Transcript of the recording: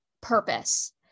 purpose